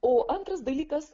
o antras dalykas